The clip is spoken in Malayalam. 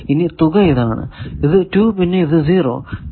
ഇനി തുക ഇതാണ് ഇത് 2 പിന്നെ ഇത് 0